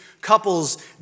couples